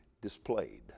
displayed